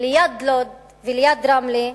ליד לוד וליד רמלה,